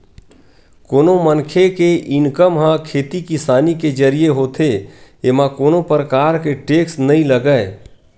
कोनो मनखे के इनकम ह खेती किसानी के जरिए होथे एमा कोनो परकार के टेक्स नइ लगय